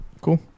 Cool